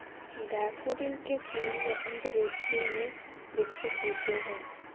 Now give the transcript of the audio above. daffodil के फूल वसंत ऋतु में विकसित होते हैं